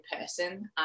person